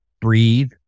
breathe